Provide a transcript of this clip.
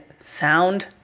sound